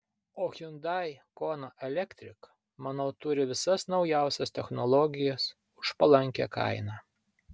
o hyundai kona electric manau turi visas naujausias technologijas už palankią kainą